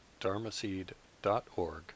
dharmaseed.org